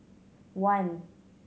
one